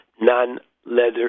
non-leather